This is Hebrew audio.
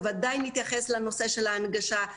בוודאי נתייחס לנושא של ההנגשה,